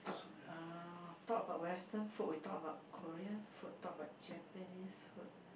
uh talk about western food we talk about Korean food talk about Japanese food